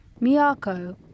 Miyako